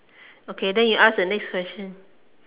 okay then you ask the next question